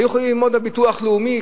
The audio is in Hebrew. היו יכולים ללמוד מהביטוח הלאומי,